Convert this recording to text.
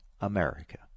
America